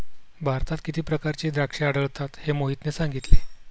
भारतात किती प्रकारची द्राक्षे आढळतात हे मोहितने सांगितले